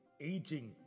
aging